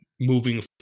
moving